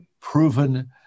proven